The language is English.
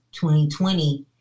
2020